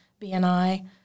BNI